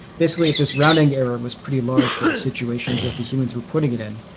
basically, if this rounding error was pretty large for the situations that the humans were putting it in,